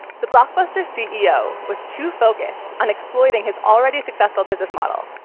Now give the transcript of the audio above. the blockbuster ceo was too focused on exploiting his already successful business model,